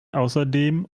außerdem